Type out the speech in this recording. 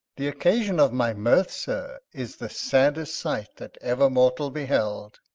the occasion of my mirth, sir, is the saddest sight that ever mortal beheld.